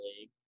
league